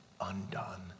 undone